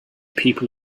people